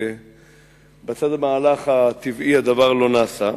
ובצד המהלך הטבעי הדבר לא נעשה,